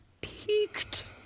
peaked